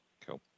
cool